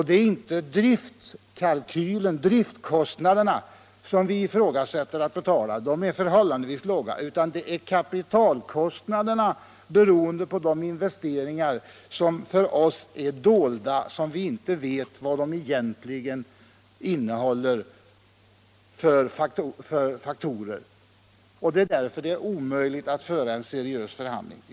Det är inte driftkostnaderna som vi ifrågasätter — de är förhållandevis låga — utan det är kapitalkostnaderna, beroende på de investeringar som för oss är dolda. Vi vet inte vilka faktorer de egentligen innehåller. Det är därför som det är omöjligt att föra en seriös förhandling.